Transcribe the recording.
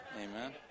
Amen